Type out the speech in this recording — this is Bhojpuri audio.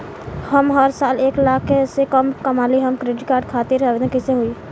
हम हर साल एक लाख से कम कमाली हम क्रेडिट कार्ड खातिर आवेदन कैसे होइ?